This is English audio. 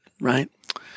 Right